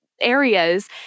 areas